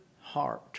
heart